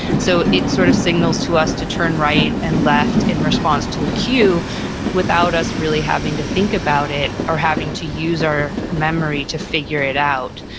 so it sort of signals to us to turn right and left in response to a queue without us really having to think about it or having to use our memory to figure it out.